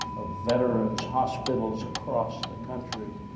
of veteran's hospitals across the country,